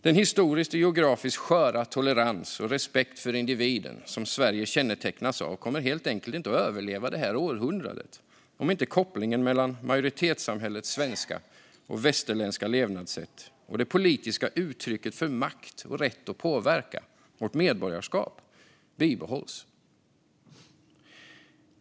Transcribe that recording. Den historiskt och geografiskt sköra tolerans och respekt för individen som Sverige kännetecknas av kommer helt enkelt inte att överleva det här århundradet om inte kopplingen mellan majoritetssamhällets svenska och västerländska levnadssätt och det politiska uttrycket för makt och rätt att påverka, vårt medborgarskap, bibehålls.